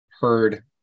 heard